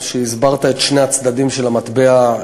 כשהסברת את שני הצדדים של המטבע,